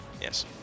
Yes